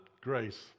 grace